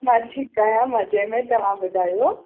मां ठीकु आहियां मज़े में तव्हां ॿुधायो